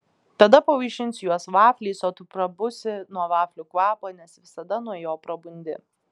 tada pavaišinsiu juos vafliais o tu prabusi nuo vaflių kvapo nes visada nuo jo prabundi